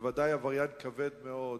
ובוודאי עבריין כבד מאוד,